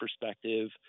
perspective